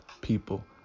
people